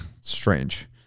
strange